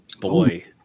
boy